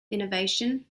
innovation